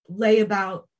layabout